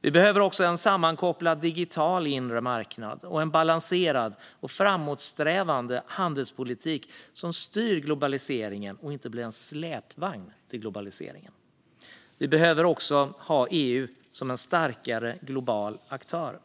Vi behöver också en sammankopplad digital inre marknad och en balanserad och framåtsträvande handelspolitik som styr globaliseringen och inte blir en släpvagn till den. Vi behöver också ha EU som en starkare global aktör.